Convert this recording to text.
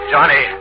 Johnny